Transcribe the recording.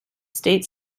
state